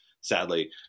sadly